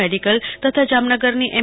medical તથા જામનગરની એમ